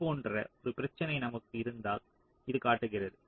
இது போன்ற ஒரு பிரச்சினை நமக்கு இருந்தால் இது காட்டுகிறது